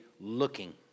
Looking